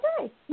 Okay